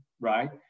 right